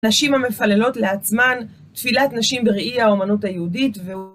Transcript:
נשים המפללות לעצמן, תפילת נשים בראי האומנות היהודית.